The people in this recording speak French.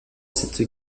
cette